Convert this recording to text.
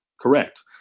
correct